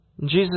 Jesus